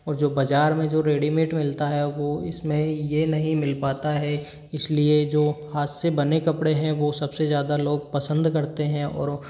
और जो बज़ार में जो रेडीमेड मिलता है वो इसमें ये नही मिल पाता है इसलिए जो हाथ से बने कपड़े हैं वो सबसे ज़्यादा लोग पसंद करते हैं और